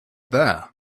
there